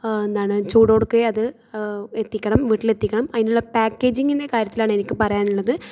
എന്താണ് ചൂടോടെ ഒക്കെ അത് എത്തിക്കണം വീട്ടിലെത്തിക്കണം അതിനുള്ള പാക്കേജിൻ്റെ കാര്യത്തിലാണ് എനിക്ക് പറയാനുള്ളത്